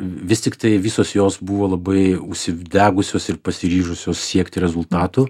vis tiktai visos jos buvo labai užsidegusios ir pasiryžusios siekti rezultatų